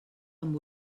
amb